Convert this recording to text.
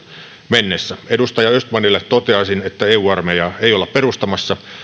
mennessä edustaja östmanille toteaisin että eu armeijaa ei olla perustamassa